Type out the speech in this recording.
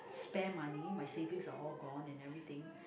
spare money my savings are all gone and everything